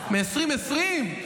מ-2020,